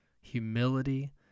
humility